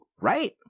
right